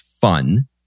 fun